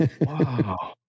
Wow